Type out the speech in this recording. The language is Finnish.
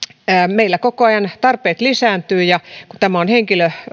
meillä koko ajan tarpeet lisääntyvät ja kun tämä on